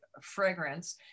fragrance